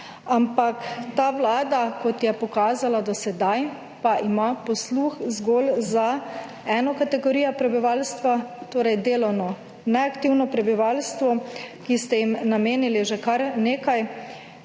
Ampak ta Vlada, kot je pokazala do sedaj, pa ima posluh zgolj za eno kategorijo prebivalstva, torej delovno neaktivno prebivalstvo, ki ste jim namenili že kar nekaj